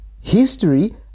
History